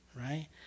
right